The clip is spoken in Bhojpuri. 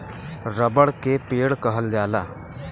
रबड़ के पेड़ कहल जाला